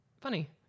funny